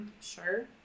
Sure